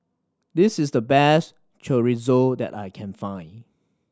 this is the best Chorizo that I can find